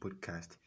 Podcast